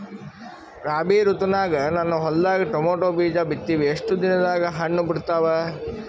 ರಾಬಿ ಋತುನಾಗ ನನ್ನ ಹೊಲದಾಗ ಟೊಮೇಟೊ ಬೀಜ ಬಿತ್ತಿವಿ, ಎಷ್ಟು ದಿನದಾಗ ಹಣ್ಣ ಬಿಡ್ತಾವ?